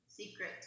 secret